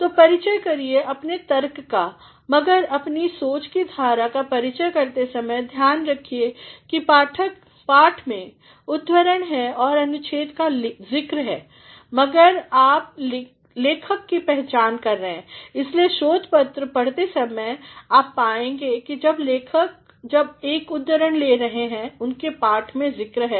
तो परिचय करिए अपने तर्क का मगर अपनी सोच की धारा का परिचय करते समय ध्यान रखिए कि पाठ में उद्धरण और अनुच्छेद का ज़िक्र है मगर आप लेखक को पहचान रहे हैं इसलिए शोध पत्र पढ़ते समय आप पाएंगे कि जब लेखक जब आप एक उद्धरण ले रहे हैं उनका पाठ में ज़िक्र है